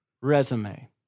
resume